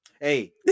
Hey